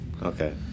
Okay